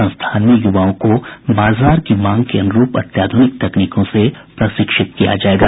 संस्थान में युवाओं को बाजार की मांग के अनुरूप अत्याधूनिक तकनीकों से प्रशिक्षित किया जायेगा